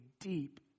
deep